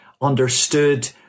understood